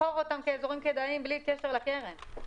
לבחור אותם כאזורים כדאיים בלי קשר לקרן.